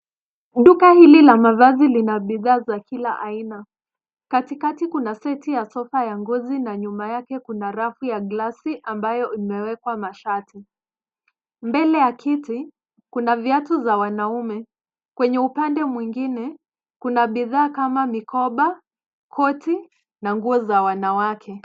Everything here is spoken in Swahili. Duka hili la mavazi lina bidhaa za kila aina. Katikati kuna seti ya sofa ya ngozi na nyuma yake kuna rafu ya glasi ambayo imewekwa mashati. Mbele ya kiti, kuna viatu za wanaume. Kwenye upande mwingine, kuna bidhaa kama mikoba, koti na nguo za wanawake.